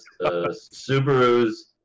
Subaru's